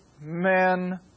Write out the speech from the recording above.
men